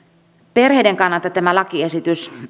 perheiden kannalta tämä lakiesitys